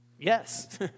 Yes